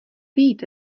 vyjít